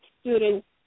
students